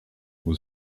was